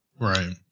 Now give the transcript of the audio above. Right